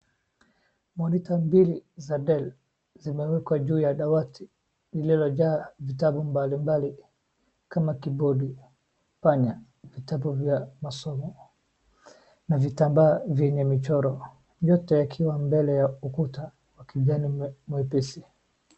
Monita mbili za [cs) del [cs) zimewekwa juu ya dawati lililojaa vitabu mbalimbali kama kigodi panya, vitabu vya masomo na vitambaa vyenye michoro, vyote ikiwa mbele ya ukuta wa kijani mwepesi.